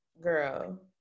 girl